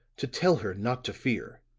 to tell her not to fear.